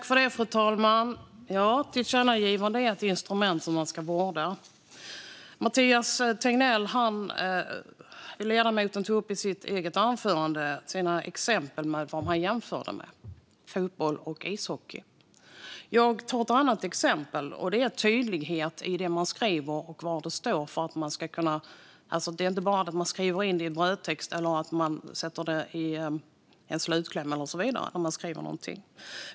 Fru talman! Tillkännagivande är ett instrument som ska vårdas. Ledamoten Mathias Tegnér tog i sitt anförande upp exempel på jämförelser, nämligen fotboll och ishockey. Jag tog upp ett annat exempel, nämligen tydlighet i det man skriver i brödtext, slutkläm och så vidare.